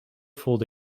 voelde